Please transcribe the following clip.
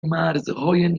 مرزهای